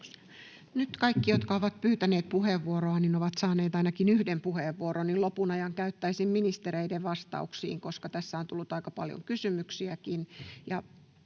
Nyt kaikki, jotka ovat pyytäneet puheenvuoroa, ovat saaneet ainakin yhden puheenvuoron, niin että lopun ajan käyttäisin ministereiden vastauksiin, koska tässä on tullut aika paljon kysymyksiäkin.